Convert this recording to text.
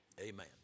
Amen